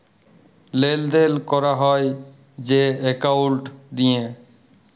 লেলদেল ক্যরা হ্যয় যে একাউল্ট দিঁয়ে